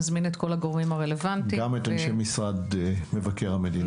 נזמין את כל הגורמים הרלוונטיים --- גם את אנשי משרד מבקר המדינה.